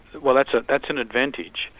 well that's ah that's an advantage,